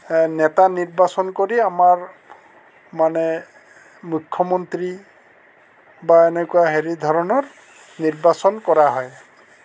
নেতা নিৰ্বাচন কৰি আমাৰ মানে মুখ্যমন্ত্ৰী বা এনেকুৱা হেৰি ধৰণৰ নিৰ্বাচন কৰা হয়